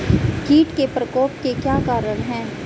कीट के प्रकोप के क्या कारण हैं?